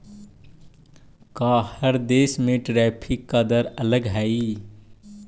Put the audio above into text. का हर देश में टैरिफ का दर अलग हई